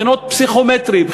בחינות פסיכומטריות,